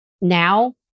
now